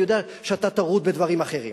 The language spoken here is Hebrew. אני יודע שאתה טרוד בדברים אחרים,